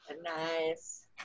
Nice